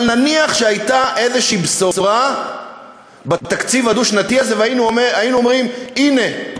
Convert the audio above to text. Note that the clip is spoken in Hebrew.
אבל נניח שהייתה איזושהי בשורה בתקציב הדו-שנתי הזה והיינו אומרים: הנה,